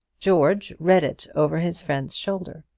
george read it over his friend's shoulder.